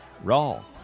Raw